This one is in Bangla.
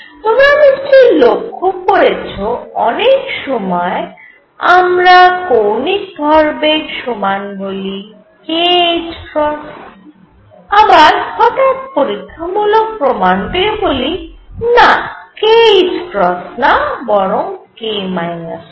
তোমরা নিশ্চয়ই লক্ষ্য করেছ অনেক সময় আমরা কৌণিক ভরবেগ সমান বলি kℏ আবার হঠাৎ পরীক্ষামূলক প্রমান পেয়ে বলি না k না বরং ℏ